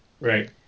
Right